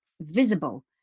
visible